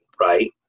right